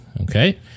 Okay